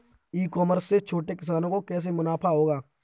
ई commerce से छोटे किसानों को कैसे मुनाफा होगा?